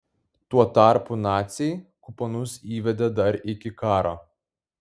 tuo tarpu naciai kuponus įvedė dar iki karo